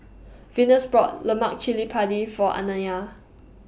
Venus brought Lemak Cili Padi For Anaya